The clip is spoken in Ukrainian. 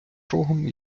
рогом